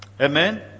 Amen